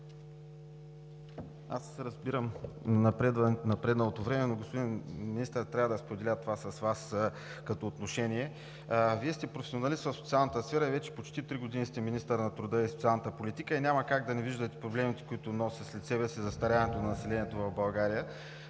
Аз разбирам напредналото време, но, господин Министър, трябва да споделя това с Вас като отношение. Вие сте професионалист в социалната сфера и вече почти три години сте министър на труда и социалната политика и няма как да не виждате проблемите, които носи след себе си застаряването на населението в България.